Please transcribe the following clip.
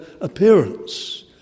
appearance